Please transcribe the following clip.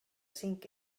cinc